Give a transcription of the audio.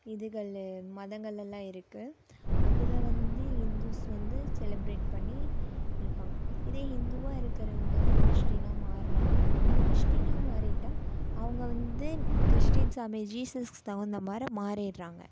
இதுகளு மதங்கள்லாம் இருக்குது அதில் வந்து இந்துஸ் வந்து செலிபிரேட் பண்ணி இருப்பாங்க இதே இந்துவாக இருக்கிறவங்கதான் கிறிஸ்டீனாக மாறுறாங்க கிறிஸ்டீனாக மாறிட்டால் அவங்க வந்து கிறிஸ்டீன்ஸாவே ஜீசஸ்க்கு தகுந்த மாதிரி மாறிடுறாங்க